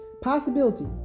Possibility